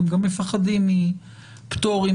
אתם גם מפחדים מפטורים,